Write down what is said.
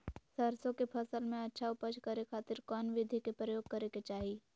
सरसों के फसल में अच्छा उपज करे खातिर कौन विधि के प्रयोग करे के चाही?